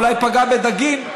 אולי פגע בדגים,